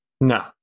No